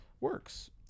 works